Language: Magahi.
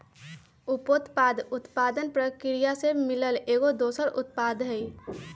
उपोत्पाद उत्पादन परकिरिया से मिलल एगो दोसर उत्पाद हई